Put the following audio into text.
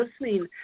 listening